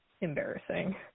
embarrassing